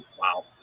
wow